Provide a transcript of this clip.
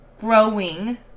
growing